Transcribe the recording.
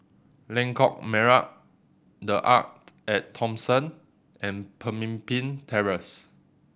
Lengkok Merak The Arte At Thomson and Pemimpin Terrace